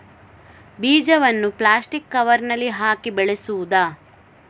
ಬೀಜವನ್ನು ಪ್ಲಾಸ್ಟಿಕ್ ಕವರಿನಲ್ಲಿ ಹಾಕಿ ಬೆಳೆಸುವುದಾ?